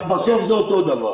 אבל בסוף זה אותו דבר.